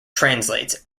translates